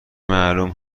معلوم